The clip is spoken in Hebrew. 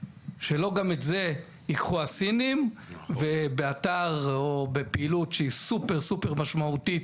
שלא גם את זה ייקחו הסינים ובאתר או בפעילות שהיא סופר סופר משמעותית